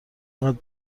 اینقدر